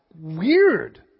weird